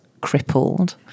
crippled